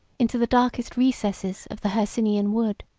into the darkest recesses of the hercynian wood.